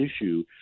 issue